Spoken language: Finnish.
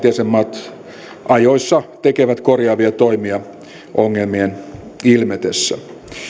jäsenmaat ajoissa tekevät korjaavia toimia ongelmien ilmetessä